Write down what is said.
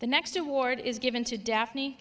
the next award is given to daphne